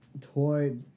toy